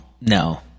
No